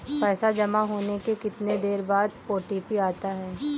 पैसा जमा होने के कितनी देर बाद ओ.टी.पी आता है?